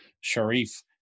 Sharif